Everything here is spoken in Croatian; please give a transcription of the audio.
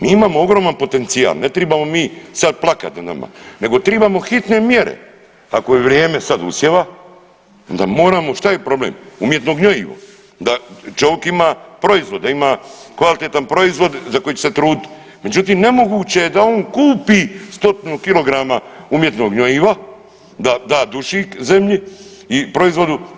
Mi imamo ogroman potencijal ne tribamo mi sad plakat za nama nego tribamo hitne mjere, ako je vrijeme sad usjeva onda moramo, šta je problem, umjetno gnjojivo da čovik ima proizvode, ima kvalitetan proizvod za koji će se trudit, međutim nemoguće je da on kupi stotinu kilograma umjetnog gnjojiva da da dušik zemlji i proizvodu.